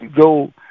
go